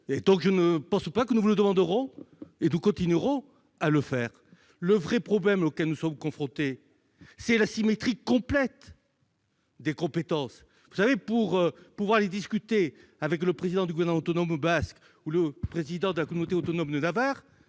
Et je ne pense pas que nous vous demanderons à l'avenir l'autorisation de continuer de le faire ! Le véritable problème auquel nous sommes confrontés, c'est l'asymétrie complète des compétences. Pour pouvoir aller discuter avec le président du gouvernement autonome basque ou le président de la communauté autonome de Navarre,